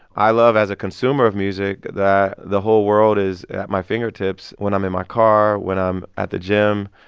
i love, as a consumer of music, that the whole world is at my fingertips. when i'm in my car, when i'm at the gym,